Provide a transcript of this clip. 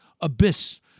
abyss